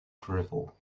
drivel